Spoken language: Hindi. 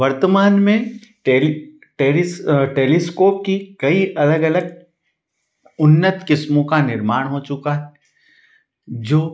वर्तमान में टेरिप टेरिस टेलीस्कोप की कई अलग अलग उन्नत किस्मों का निर्माण हो चुका है जो